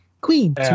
Queen